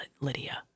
Lydia